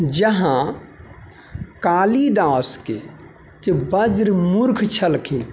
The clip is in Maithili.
जहाँ कालिदासके जे बज्र मूर्ख छलखिन